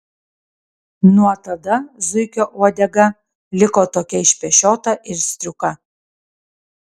nuo tada zuikio uodega liko tokia išpešiota ir striuka